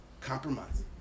compromise